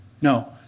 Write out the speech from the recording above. No